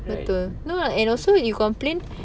right